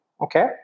okay